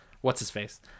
What's-his-face